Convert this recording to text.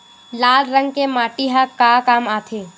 लाल रंग के माटी ह का काम आथे?